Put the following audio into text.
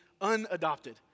unadopted